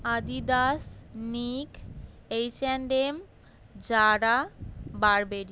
Adidas Nike H and M Zara Burberry